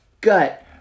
gut